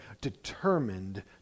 determined